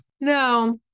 No